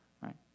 right